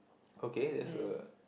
okay that's a